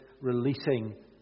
releasing